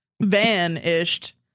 vanished